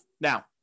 Now